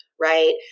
Right